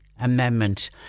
Amendment